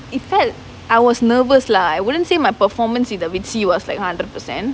it felt I was nervous lah I wouldn't say my performance iin the videos was like hundred percent